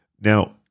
Now